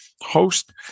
host